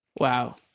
Wow